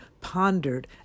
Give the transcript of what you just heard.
pondered